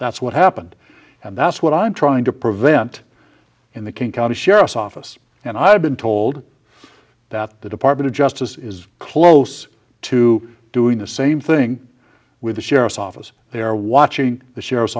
that's what happened and that's what i'm trying to prevent in the king county sheriff's office and i've been told that the department of justice is close to doing the same thing with the sheriff's office they're watching the sheriff's